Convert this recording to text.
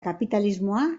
kapitalismoa